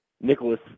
Nicholas